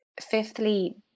Fifthly